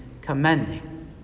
commending